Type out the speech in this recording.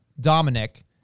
Dominic